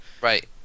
Right